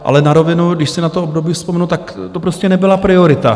Ale na rovinu, když si na to období vzpomenu, tak to prostě nebyla priorita.